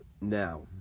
now